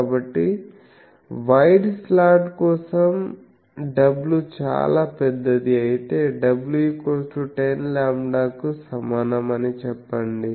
కాబట్టి wide slot కోసం w చాలా పెద్దది అయితే w10λ కు సమానం అని చెప్పండి